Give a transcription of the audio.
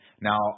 Now